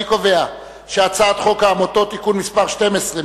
אני קובע שהצעת חוק העמותות (תיקון מס' 12),